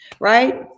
right